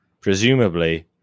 presumably